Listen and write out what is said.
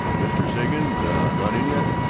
mr. sagen not in yet?